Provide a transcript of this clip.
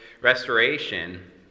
restoration